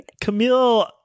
Camille